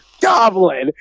Goblin